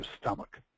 stomach